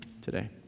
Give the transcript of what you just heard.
today